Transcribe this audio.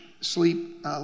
sleep